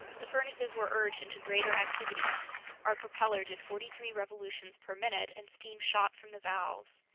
the furnaces were urged into greater activity our propeller did forty-three revolutions per minute, and steam shot from the valves.